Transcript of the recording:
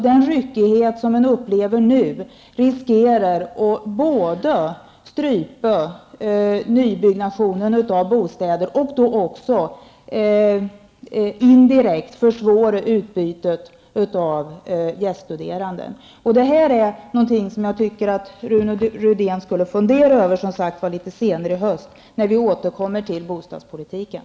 Den ryckighet som vi nu upplever riskerar att strypa byggandet av nya bostäder och också indirekt försvåra utbytet av gäststuderande. Det här är någonting som jag som sagt tycker att Rune Rydén borde fundera litet över senare i höst när vi återkommer till bostadspolitiken.